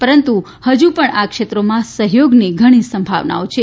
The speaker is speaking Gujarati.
પરંતુ હજુ પણ આ ક્ષેત્રોમાં સહ્યોગની ઘણી સંભાવનાઓ છે